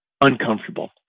uncomfortable